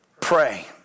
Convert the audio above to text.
pray